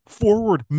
forward